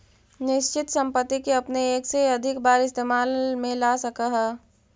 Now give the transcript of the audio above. निश्चित संपत्ति के अपने एक से अधिक बार इस्तेमाल में ला सकऽ हऽ